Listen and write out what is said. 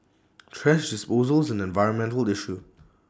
thrash disposal is an environmental issue